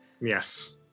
Yes